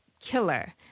killer